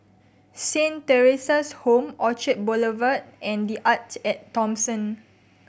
Saint Theresa's Home Orchard Boulevard and The Arte At Thomson